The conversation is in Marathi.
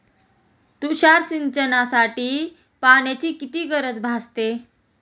तुषार सिंचनासाठी पाण्याची किती गरज भासते?